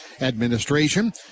Administration